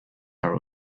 are